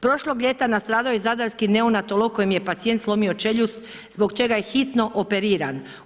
Prošlog ljeta nastradao je zadarski neonatolog kojem je pacijent slomio čeljust zbog čega je hitno operiran.